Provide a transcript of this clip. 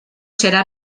serà